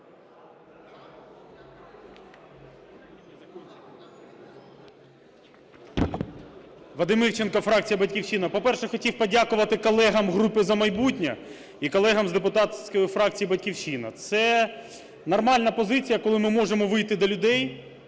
Вадим Івченко, фракція "Батьківщина". По-перше, хотів подякувати колегам групи "За майбутнє" і колегам з депутатської фракції "Батьківщина". Це нормальна позиція, коли ми можемо вийти до людей